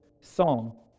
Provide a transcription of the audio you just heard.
song